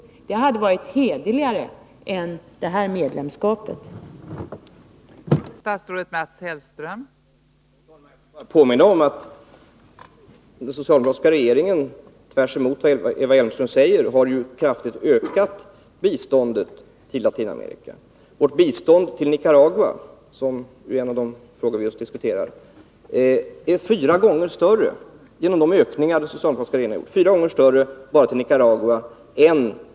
Att göra det hade varit ett hederligare sätt att verka för de målen än medlemskapet i IDB.